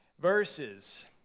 verses